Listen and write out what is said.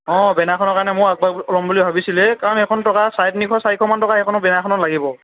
অঁ বেনাৰখনৰ কাৰণে মই ক'ম বুলি ভাবিছিলোঁৱে কাৰণ এইখন টকা চাৰে তিনিশ চাৰিশ মান টকা এইখনত বেনাৰখনত লাগিব